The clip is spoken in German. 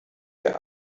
ihr